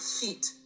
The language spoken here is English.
heat